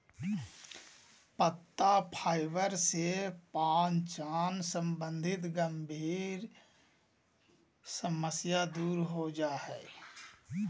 पत्ता फाइबर से पाचन संबंधी गंभीर समस्या दूर हो जा हइ